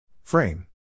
Frame